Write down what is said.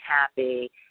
happy